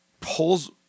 pulls